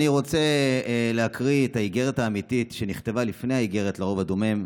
אני רוצה להקריא את האיגרת האמיתית שנכתבה לפני האיגרת לרוב הדומם,